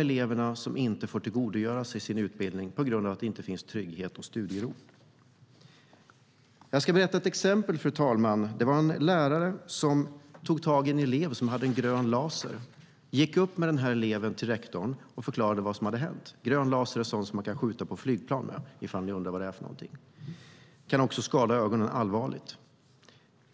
elever som inte får tillgodogöra sig sin utbildning på grund av att det inte finns trygghet och studiero. Jag ska berätta om ett exempel, fru talman. Det var en lärare som tog tag i en elev som hade en grön laserpekare. Läraren gick upp med eleven till rektorn och förklarade vad som hade hänt. Grön laser är något som man kan skjuta på flygplan med, ifall ni undrar vad det är för något. Det kan också skada ögonen allvarligt.